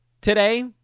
today